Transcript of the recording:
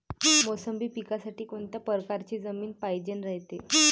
मोसंबी पिकासाठी कोनत्या परकारची जमीन पायजेन रायते?